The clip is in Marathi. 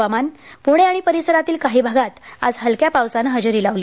हवामान पुणे आणि परिसरांतील काही भागांत आज हलक्या पावसानं हजेरी लावली